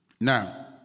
Now